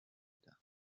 بودم